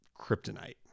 kryptonite